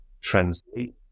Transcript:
translate